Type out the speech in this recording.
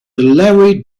larry